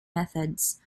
methods